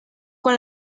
con